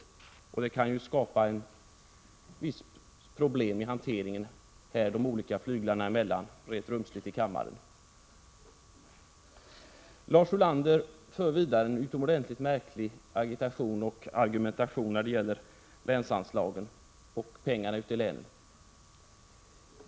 Ett sådant agerande skulle ju kunna skapa vissa problem i hanteringen av dessa frågor, mellan grupperingar som följer den rent rumsliga fördelningen i kammaren. Lars Ulander agiterar och argumenterar vidare på ett utomordentligt märkligt sätt när det gäller länsanslagen och pengarna ute i länen.